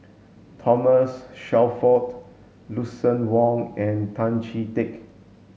Thomas Shelford Lucien Wang and Tan Chee Teck